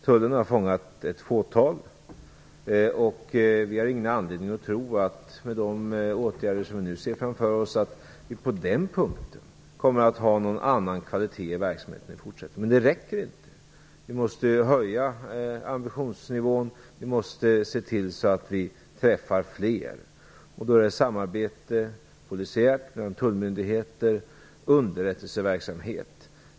Tullen har gjort ett fåtal beslag, och med de åtgärder vi nu ser framför oss har vi ingen anledning att tro att kvaliteten på verksamheten på den punkten i fortsättningen kommer att vara en annan. Men det räcker inte. Vi måste höja ambitionsnivån. Vi måste se till så att vi gör fler beslag, och därför kan det bli fråga om samarbete polisiärt och mellan tullmyndigheter samt underrättelseverksamhet.